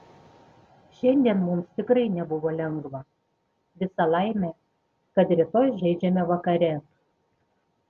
šiandien mums tikrai nebuvo lengva visa laimė kad rytoj žaidžiame vakare